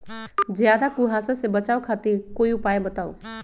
ज्यादा कुहासा से बचाव खातिर कोई उपाय बताऊ?